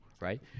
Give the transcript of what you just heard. right